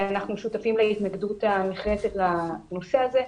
ואנחנו שותפים להתנגדות הנחרצת בנושא הזה.